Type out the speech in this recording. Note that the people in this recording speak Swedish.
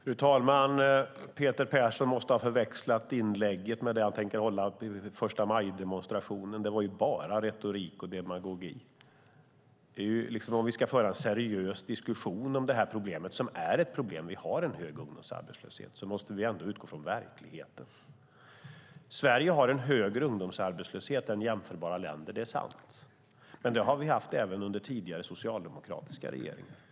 Fru talman! Peter Persson måste ha förväxlat inlägget med det han tänker hålla vid förstamajdemonstrationen. Det var bara retorik och demagogi. Om vi ska föra en seriös diskussion om problemet - som är ett problem, vi har en hög ungdomsarbetslöshet - måste vi ändå utgå från verkligheten. Sverige har en högre ungdomsarbetslöshet än jämförbara länder. Det är sant. Men det har vi haft även under tidigare socialdemokratiska regeringar.